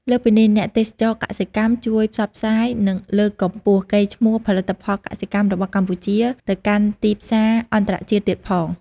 លើសពីនេះ អ្នកទេសចរណ៍កសិកម្មជួយផ្សព្វផ្សាយ និងលើកកម្ពស់កេរ្តិ៍ឈ្មោះផលិតផលកសិកម្មរបស់កម្ពុជាទៅកាន់ទីផ្សារអន្តរជាតិទៀតផង ។